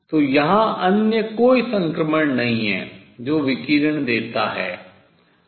तो यहां अन्य कोई संक्रमण नहीं है जो विकिरण देता है